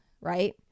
right